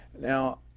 Now